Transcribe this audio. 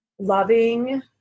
loving